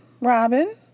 Robin